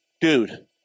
Dude